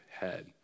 head